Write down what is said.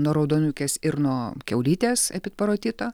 nuo raudonukės ir nuo kiaulytės epid parotito